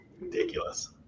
Ridiculous